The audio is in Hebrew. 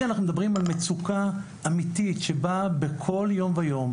על מצוקה אמיתית שבה בכל יום ויום,